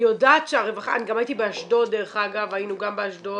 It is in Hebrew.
אני גם הייתי באשדוד, דרך אגב, מקסים,